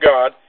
God